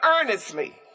earnestly